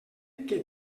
que